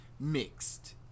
mixed